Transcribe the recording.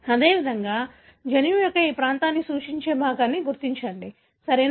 అదేవిధంగా జన్యువు యొక్క ఈ ప్రాంతాన్ని సూచించే భాగాన్ని గుర్తించండి సరియైనదా